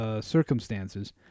Circumstances